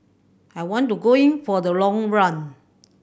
I want to go in for the long run